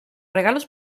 regalos